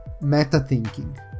Meta-thinking